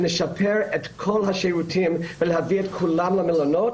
שנשפר את כל השירותים ולהביא את כולם למלונות